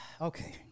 Okay